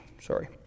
Sorry